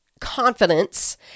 confidence